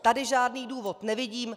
Tady žádný důvod nevidím.